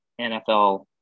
NFL